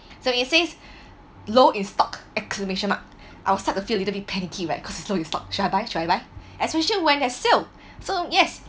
so it says low in stock exclamation mark I will start to feel a little bit panicky right cause you know the stock should I buy should I buy especially when there are sale so yes